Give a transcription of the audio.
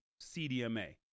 CDMA